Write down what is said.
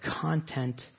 content